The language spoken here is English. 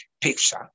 picture